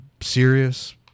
serious